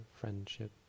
friendship